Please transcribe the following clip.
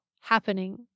happening